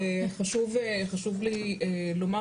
חשוב לי לומר,